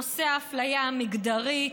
נושא האפליה המגדרית,